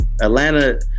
Atlanta